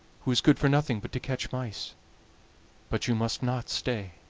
who is good for nothing but to catch mice but you must not stay.